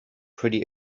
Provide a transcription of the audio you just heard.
pretty